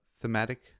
thematic